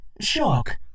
Shock